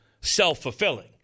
self-fulfilling